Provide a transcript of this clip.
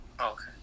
Okay